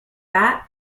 bat